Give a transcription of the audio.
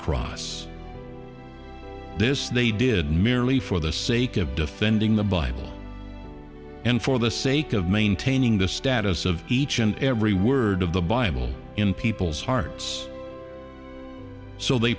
cross this they did merely for the sake of defending the bible and for the sake of maintaining the status of each and every word of the bible in people's hearts so they